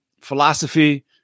philosophy